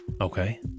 Okay